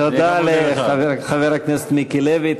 תודה לחבר הכנסת מיקי לוי.